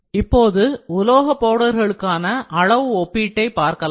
இப்போது உலோக பவுடர்களுக்கான அளவு ஒப்பீட்டை பார்க்கலாம்